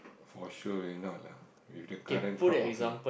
for sure will not lah with the current crowd